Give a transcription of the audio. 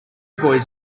boys